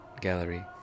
gallery